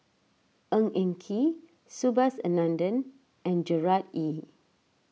Ng Eng Kee Subhas Anandan and Gerard Ee